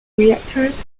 reactors